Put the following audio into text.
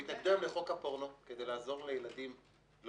הם התנגדו גם לחוק הפורנו כדי לעזור לילדים לא